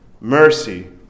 mercy